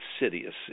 insidious